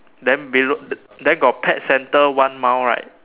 then below the~ then got pet centre one mile right